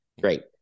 Great